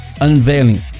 unveiling